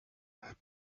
had